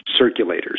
circulators